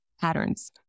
patterns